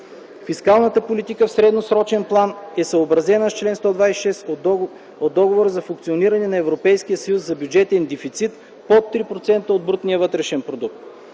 Фискалната политика в средносрочен план е съобразена с чл. 126 от Договора за функциониране на Европейския съюз за бюджетен дефицит под 3% от брутния вътрешен продукт.